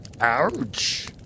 Ouch